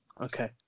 okay